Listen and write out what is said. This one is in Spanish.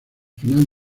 final